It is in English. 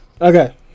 okay